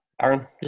Aaron